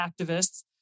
activists